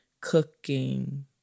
cooking